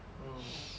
mm